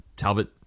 Talbot